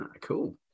cool